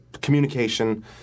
communication